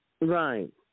Right